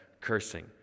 cursing